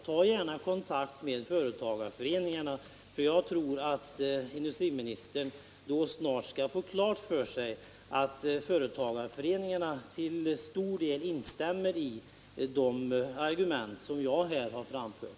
Ta gärna kontakt med företagarföreningarna. Jag tror att industriministern då snart skulle få klart för sig att dessa till stor del instämmer i de argument som jag här har framfört.